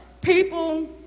people